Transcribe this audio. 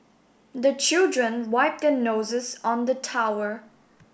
the children wipe their noses on the tower